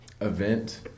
Event